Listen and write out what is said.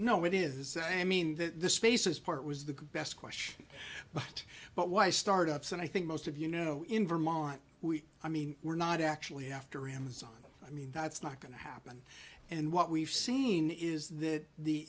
no it is that i mean that the spaces part was the best question but but why start ups and i think most of you know in vermont i mean we're not actually after amazon i mean that's not going to happen and what we've seen is that the